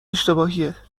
اشتباهیه